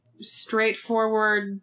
straightforward